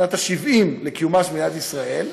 שנת ה-70 לקיומה של מדינת ישראל,